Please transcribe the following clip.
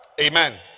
Amen